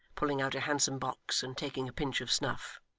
pulling out a handsome box, and taking a pinch of snuff.